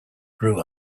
grew